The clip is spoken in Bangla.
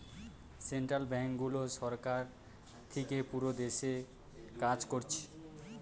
সেন্ট্রাল ব্যাংকগুলো সরকার থিকে পুরো দেশে কাজ কোরছে